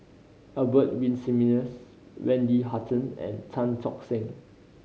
Albert Winsemius Wendy Hutton and Tan Tock Seng